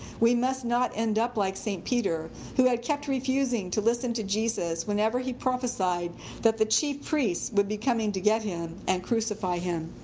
we must not end up like st. peter who had kept refusing to listen to jesus whenever he prophesied that the chief priests would be coming to get him and crucify him.